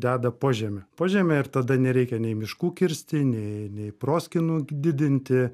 deda po žeme po žeme ir tada nereikia nei miškų kirsti nei nei proskynų didinti